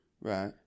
Right